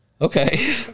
Okay